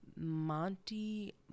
Monty